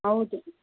ಹೌದು